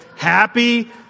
Happy